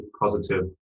positive